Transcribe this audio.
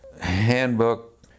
handbook